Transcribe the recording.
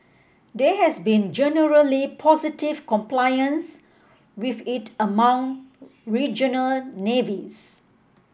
there has been generally positive compliance with it among regional navies